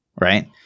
right